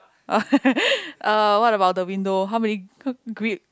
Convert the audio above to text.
uh what about the window how many g~ grid